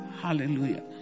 Hallelujah